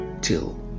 till